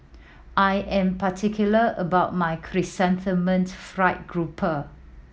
I am particular about my Chrysanthemum Fried Grouper